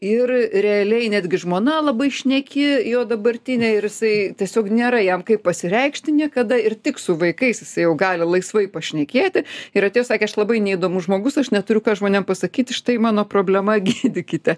ir realiai netgi žmona labai šneki jo dabartinė ir jisai tiesiog nėra jam kaip pasireikšti niekada ir tik su vaikais jis jau gali laisvai pašnekėti ir atėjo sakė aš labai neįdomus žmogus aš neturiu ką žmonėm pasakyt štai mano problema gydykite